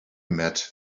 met